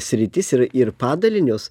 sritis ir ir padalinius